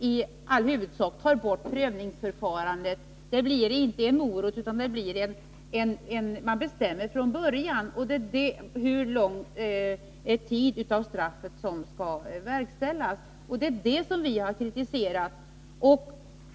i all huvudsak tar bort prövningsförfarandet. Det blir inte en morot, utan man bestämmer från början hur lång tid av straffet som skall avtjänas, och det är det vi har kritiserat.